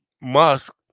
musk